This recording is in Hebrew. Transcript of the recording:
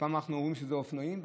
ופעם אנחנו אומרים שזה האופנועים,